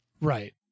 Right